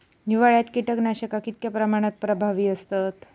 हिवाळ्यात कीटकनाशका कीतक्या प्रमाणात प्रभावी असतत?